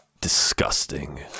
Disgusting